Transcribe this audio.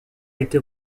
été